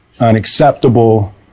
unacceptable